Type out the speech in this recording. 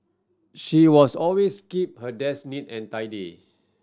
she was always keep her desk neat and tidy